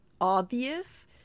obvious